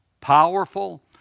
powerful